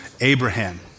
Abraham